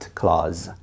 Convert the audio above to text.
clause